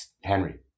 Henry